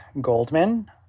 Goldman